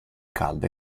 calda